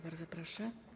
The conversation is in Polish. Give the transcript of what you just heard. Bardzo proszę.